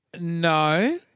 No